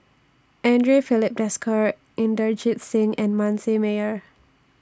Andre Filipe Desker Inderjit Singh and Manasseh Meyer